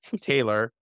taylor